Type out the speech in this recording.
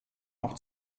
auch